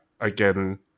again